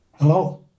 Hello